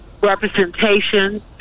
representation